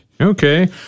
Okay